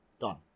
Done